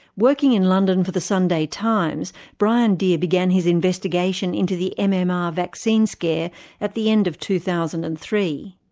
working in london for the sunday times brian deer began his investigation into the mmr um ah vaccine scare at the end of two thousand and three.